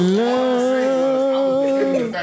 love